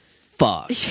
fuck